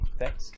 thanks